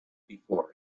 before